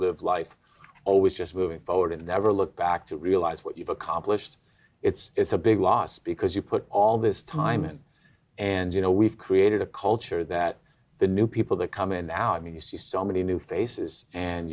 life always just moving forward and never look back to realize what you've accomplished it's a big loss because you put all this time in and you know we've created a culture that the new people that come in now i mean you see so many new faces and